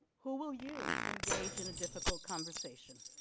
who will you engage in a difficult conversation